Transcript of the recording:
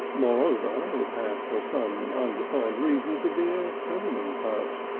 moreover it had for some undefined reason to be a feminine touch,